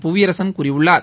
புவியரசன் கூறியுள்ளார்